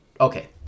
Okay